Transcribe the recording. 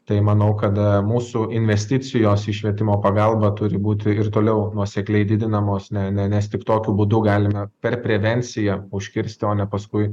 tai manau kad mūsų investicijos į švietimo pagalbą turi būti ir toliau nuosekliai didinamos ne ne nes tik tokiu būdu galime per prevenciją užkirsti o ne paskui